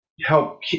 help